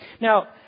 Now